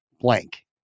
blank